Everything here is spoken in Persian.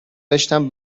داشتم